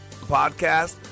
podcast